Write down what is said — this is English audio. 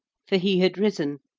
for he had risen.